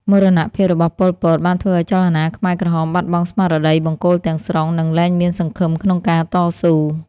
មរណភាពរបស់ប៉ុល ពត បានធ្វើឱ្យចលនាខ្មែរក្រហមបាត់បង់ស្មារតីបង្គោលទាំងស្រុង និងលែងមានសង្ឃឹមក្នុងការតស៊ូ។